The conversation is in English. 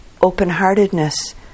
open-heartedness